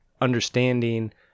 understanding